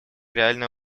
реальное